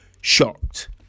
shocked